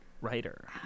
writer